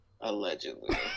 allegedly